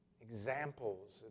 examples